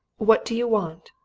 what do you want?